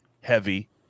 heavy